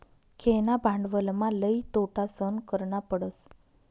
खेळणा भांडवलमा लई तोटा सहन करना पडस